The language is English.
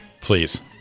Please